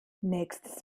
nächstes